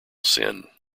sin